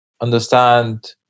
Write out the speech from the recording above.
understand